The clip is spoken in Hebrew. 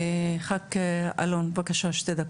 ח"כ אלון, בבקשה שתי דקות.